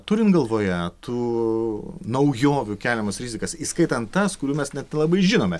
turint galvoje tų naujovių keliamas rizikas įskaitan tas kurių mes net nelabai žinome